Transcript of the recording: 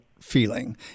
feeling